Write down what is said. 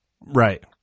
Right